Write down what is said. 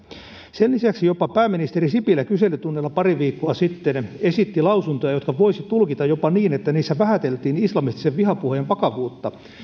sen lisäksi jopa pääministeri sipilä kyselytunnilla pari viikkoa sitten esitti lausuntoja jotka voisi tulkita niin että niissä vähäteltiin islamistisen vihapuheen vakavuutta